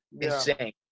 insane